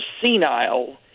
senile